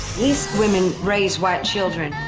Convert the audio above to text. these women raise white children.